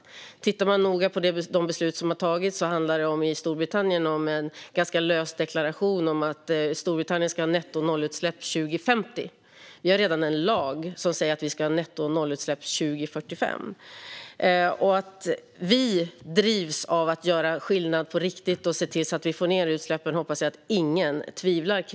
Men tittar man noga på de beslut som har tagits handlar det till exempel i Storbritannien om en ganska lös deklaration om att Storbritannien ska ha nettonollutsläpp 2050. Vi har redan en lag som säger att vi ska ha nettonollutsläpp 2045. Att vi drivs av att göra skillnad på riktigt och se till att vi får ned utsläppen hoppas jag att ingen tvivlar på.